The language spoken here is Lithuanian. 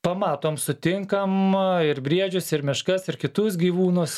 pamatom sutinkam ir briedžius ir meškas ir kitus gyvūnus